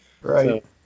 Right